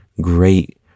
great